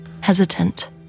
hesitant